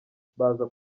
baza